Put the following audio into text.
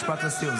משפט לסיום.